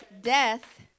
death